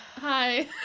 Hi